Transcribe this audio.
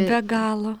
be galo